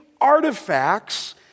artifacts